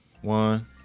One